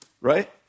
right